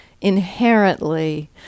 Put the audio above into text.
inherently